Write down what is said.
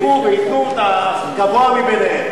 שיבדקו וייתנו את הגבוה מביניהם.